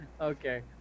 Okay